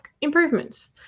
improvements